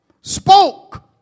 spoke